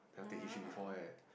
never take history before eh